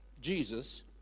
Jesus